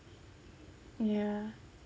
ya